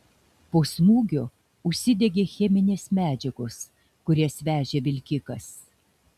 po smūgio užsidegė cheminės medžiagos kurias vežė vilkikas